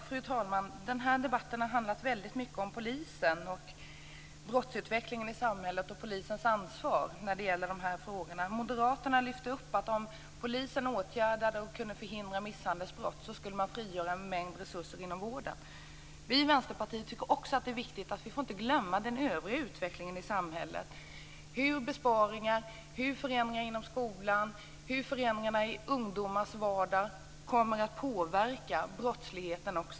Fru talman! Den här debatten har handlat väldigt mycket om polisen, brottsutvecklingen i samhället och polisens ansvar när det gäller dessa frågor. Moderaterna har lyft upp att om polisen åtgärdade och kunde förhindra misshandelsbrott skulle man frigöra en mängd resurser inom vården. Vi i Vänsterpartiet tycker att det är viktigt att inte glömma den övriga utvecklingen i samhället. Det handlar om hur besparingar, hur förändringar inom skolan och hur förändringarna i ungdomarnas vardag kommer att påverka brottsligheten.